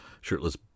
Shirtless